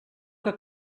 que